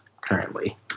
currently